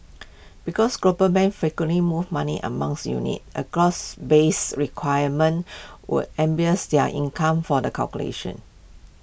because global banks frequently move money among units A gross base requirement would am bears their income for the calculation